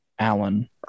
Allen